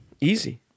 Easy